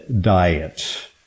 diet